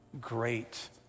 great